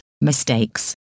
mistakes